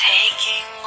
Taking